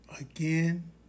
Again